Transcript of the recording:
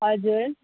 हजुर